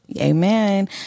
Amen